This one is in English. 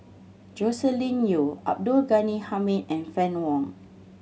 Joscelin Yeo Abdul Ghani Hamid and Fann Wong